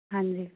ਹਾਂਜੀ